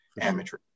amateur